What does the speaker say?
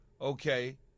okay